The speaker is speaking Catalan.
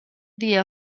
dia